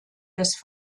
des